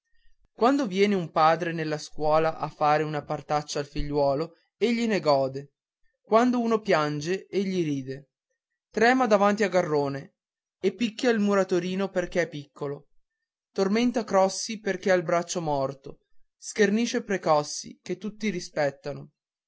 quando viene un padre nella scuola a fare una partaccia al figliuolo egli ne gode quando uno piange egli ride trema davanti a garrone e picchia il muratorino perché è piccolo tormenta crossi perché ha il braccio morto schernisce precossi che tutti rispettano